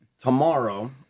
tomorrow